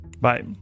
Bye